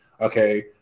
okay